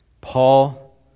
Paul